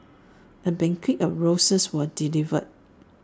A bouquet of roses was delivered